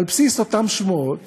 על בסיס אותן שמועות